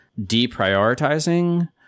deprioritizing